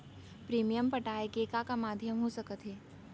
Premium पटाय के का का माधयम हो सकत हे?